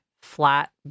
flat